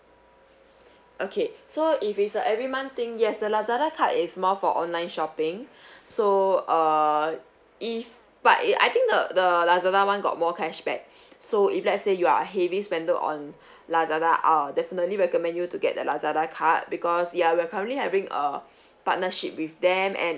okay so if it's a every month thing yes the Lazada card is more for online shopping so err if but eh I think the the Lazada [one] got more cashback so if let's say you are heavy spender on Lazada I'll definitely recommend you to get the Lazada card because ya we're currently having a partnership with them and